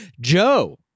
Joe